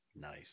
nice